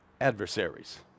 adversaries